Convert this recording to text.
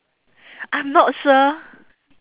I'm not sure